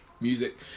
music